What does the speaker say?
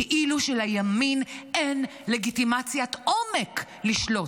כאילו שלימין אין לגיטימציית עומק לשלוט,